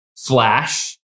Flash